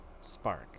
spark